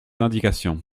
indications